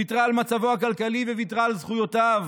ויתרה על מצבו הכלכלי וויתרה על זכויותיו.